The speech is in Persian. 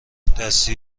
دستی